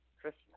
Christmas